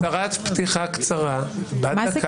הצהרת פתיחה קצרה -- מה זה קצרה?